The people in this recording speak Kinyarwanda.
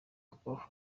kubaha